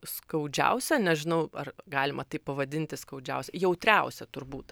skaudžiausia nežinau ar galima taip pavadinti skaudžiausia jautriausia turbūt